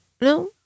no